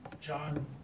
John